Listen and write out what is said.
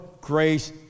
grace